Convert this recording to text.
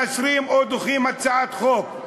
מאשרים או דוחים הצעת חוק.